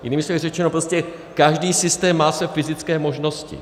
Jinými slovy řečeno, prostě každý systém má své fyzické možnosti.